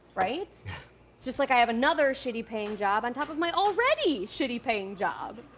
right? it's just like i have another shitty paying job on top of my already shitty paying job!